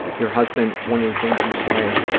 your husband, one of the things you say